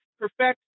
perfect